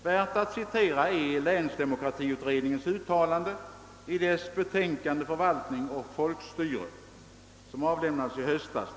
Värt att citera är länsdemokratiut redningens uttalande i dess betänkande »Förvaltning och folkstyre», som avlämnades i höstas.